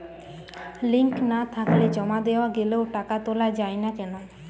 Link না থাকলে জমা দেওয়া গেলেও টাকা তোলা য়ায় না কেন?